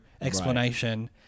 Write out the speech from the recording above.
explanation